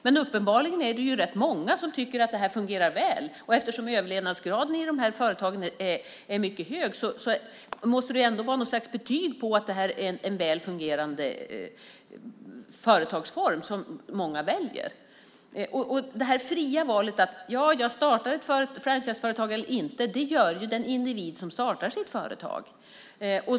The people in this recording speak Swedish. Men uppenbarligen är det rätt många som tycker att det fungerar väl, och eftersom överlevnadsgraden i de här företagen är mycket hög måste det vara något slags betyg på att det är en väl fungerande företagsform, som många väljer. Det fria valet, om jag ska starta ett franchiseföretag eller inte, gör ju den individ som startar sitt företag.